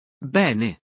Bene